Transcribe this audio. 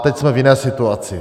Teď jsme v jiné situaci.